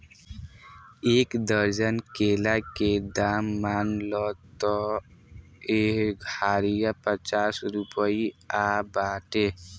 एक दर्जन केला के दाम मान ल त एह घारिया पचास रुपइआ बाटे